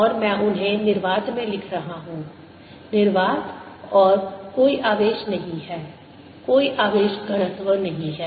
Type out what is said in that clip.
और मैं उन्हें निर्वात में लिख रहा हूं निर्वात और कोई आवेश नहीं है कोई आवेश घनत्व नहीं है